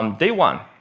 um day one.